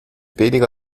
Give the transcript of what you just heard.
weniger